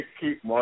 keep